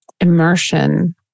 immersion